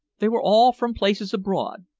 they were all from places abroad.